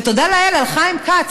ותודה לאל על חיים כץ,